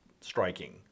striking